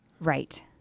Right